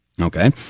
Okay